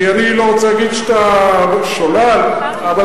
כי אני לא רוצה להגיד שאתה מוליך שולל,